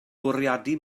bwriadu